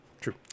true